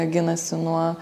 ginasi nuo